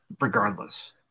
regardless